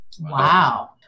Wow